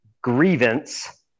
grievance